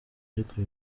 ariko